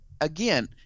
again